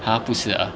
!huh! 不是啊